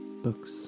Books